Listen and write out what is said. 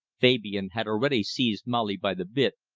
fabian had already seized molly by the bit,